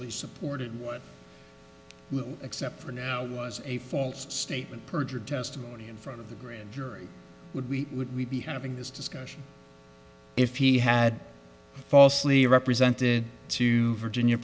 essentially supported except for now it was a false statement perjured testimony in front of the grand jury would we would we be having this discussion if he had falsely represented to virginia